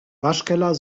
waschkeller